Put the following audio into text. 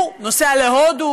הוא נוסע להודו,